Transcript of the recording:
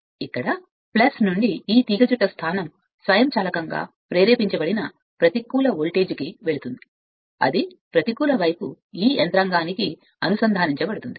ఇక్కడ నుండి ఈ తీగచుట్ట స్థానం స్వయంచాలకంగా ప్రేరేపించబడిన ప్రతికూల వోల్టేజ్కు వెళుతుంది అది ప్రతికూల వైపు ఈ యంత్రాంగానికి అనుసంధానించబడుతుంది